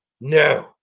no